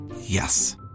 Yes